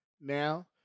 now